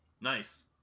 Nice